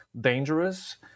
dangerous